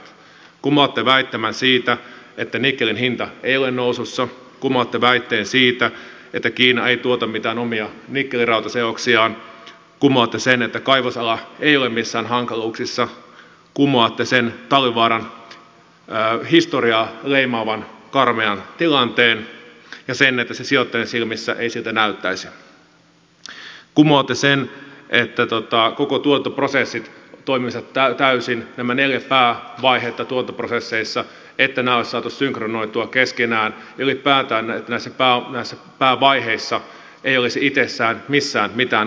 kumoatte väittämän siitä että nikkelin hinta ei ole nousussa kumoatte väitteen siitä että kiina ei tuota mitään omia nikkeli rautaseoksiaan kumoatte sen että kaivosala ei ole missään hankaluuksissa kumoatte sen talvivaaran historiaa leimaavan karmean tilanteen ja sen että se sijoittajien silmissä ei siltä näyttäisi kumoatte sen että koko tuotantoprosessit toimisivat täysin että nämä neljä päävaihetta tuotantoprosesseissa olisi saatu synkronoitua keskenään ja ylipäätään että näissä päävaiheissa ei olisi itsessään missään mitään ongelmia